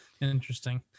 Interesting